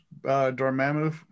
Dormammu